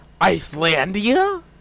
Icelandia